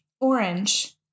Orange